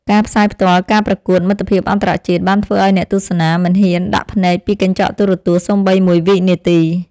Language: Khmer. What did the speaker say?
ការផ្សាយផ្ទាល់ការប្រកួតមិត្តភាពអន្តរជាតិបានធ្វើឱ្យអ្នកទស្សនាមិនហ៊ានដាក់ភ្នែកពីកញ្ចក់ទូរទស្សន៍សូម្បីមួយវិនាទី។